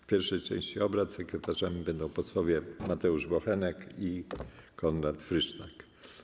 W pierwszej części obrad sekretarzami będą posłowie Mateusz Bochenek i Konrad Frysztak.